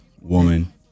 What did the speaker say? woman